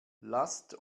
lasst